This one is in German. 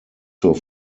zur